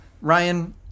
Ryan